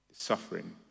Suffering